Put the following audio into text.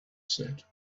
said